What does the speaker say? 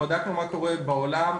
ובדקנו מה קורה בעולם,